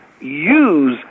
use